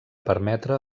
permetre